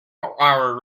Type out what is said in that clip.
our